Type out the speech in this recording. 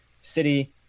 city